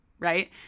right